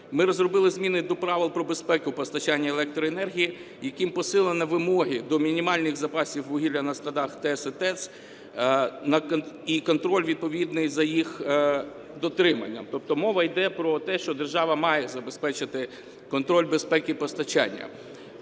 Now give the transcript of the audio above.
ми розробили зміни до правил про безпеку постачання електроенергії, яким посилено вимоги до мінімальних запасів вугілля на складах ТЕС і ТЕЦ і контроль відповідний за їх дотриманням. Тобто мова йде про те, що держава має забезпечити контроль безпеки постачання.